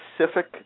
specific